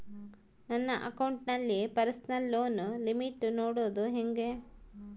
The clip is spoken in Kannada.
ನನ್ನ ಅಕೌಂಟಿನಲ್ಲಿ ಪರ್ಸನಲ್ ಲೋನ್ ಲಿಮಿಟ್ ನೋಡದು ಹೆಂಗೆ?